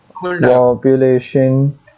Population